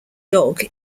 dog